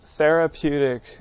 Therapeutic